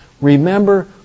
Remember